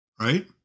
right